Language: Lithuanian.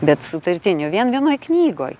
bet sutartinių vien vienoj knygoj